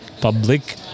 public